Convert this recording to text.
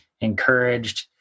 encouraged